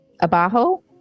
Abajo